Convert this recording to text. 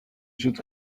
should